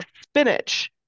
spinach